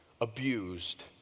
abused